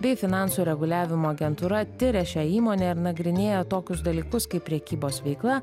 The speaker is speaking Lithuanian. bei finansų reguliavimo agentūra tiria šią įmonę ir nagrinėja tokius dalykus kaip prekybos veikla